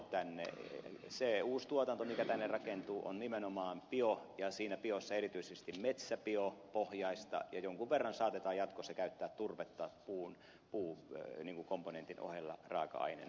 se uusi tuotanto mikä tänne rakentuu on nimenomaan bio ja siinä biossa erityisesti käytetään metsäbiopohjaista ja jonkun verran saatetaan jatkossa käyttää turvetta puukomponentin ohella raaka aineena